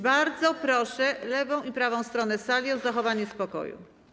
Bardzo proszę lewą i prawą stronę sali o zachowanie spokoju.